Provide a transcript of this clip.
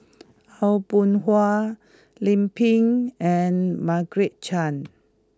Aw Boon Haw Lim Pin and Margaret Chan